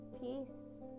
Peace